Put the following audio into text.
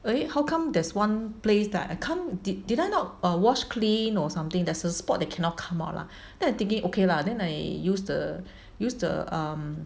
eh how come there's one place that I can't did did I not wash clean or something there's a spot that cannot come out lah then I'm thinking okay lah then I use the use the um